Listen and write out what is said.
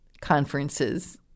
conferences